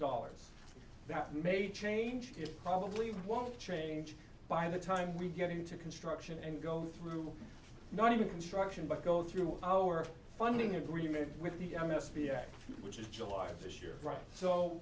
dollars that may change here probably won't change by the time we get into construction and go through or not into construction but go through our funding agreement with the m s p act which is july of this year right so